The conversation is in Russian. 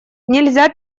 нельзя